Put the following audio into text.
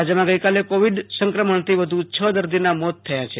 રાજ્યમાં ગઈકાલે કોવિડ સંક્રમણથી વધુ છે દર્દીનાં મોત થયાં છે